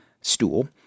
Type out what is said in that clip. stool